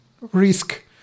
risk